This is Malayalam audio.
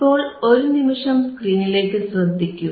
ഇപ്പോൾ ഒരു നിമിഷം സ്ക്രീനിലേക്കു ശ്രദ്ധിക്കൂ